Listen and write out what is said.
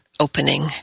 opening